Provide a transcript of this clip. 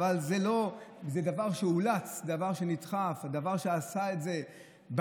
אבל זה דבר שאולץ, דבר שנדחף, דבר שנעשה במקום.